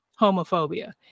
homophobia